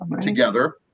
together